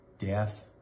death